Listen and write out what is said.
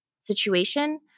situation